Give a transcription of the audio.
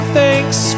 thanks